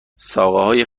ساقههای